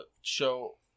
show